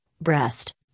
breast